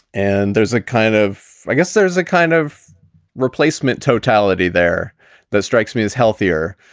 and there's a kind of i guess there's a kind of replacement totality there that strikes me as healthier.